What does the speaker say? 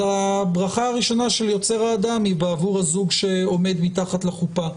שעומד מתחת לחופה.